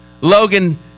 Logan